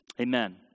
Amen